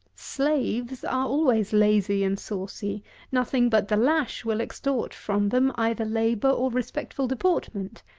slaves are always lazy and saucy nothing but the lash will extort from them either labour or respectful deportment.